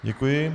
Děkuji.